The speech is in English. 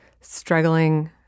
struggling